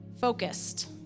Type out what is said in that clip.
Focused